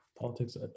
politics